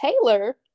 Taylor